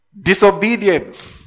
disobedient